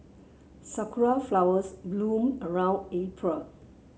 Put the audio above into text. sakura flowers bloom around April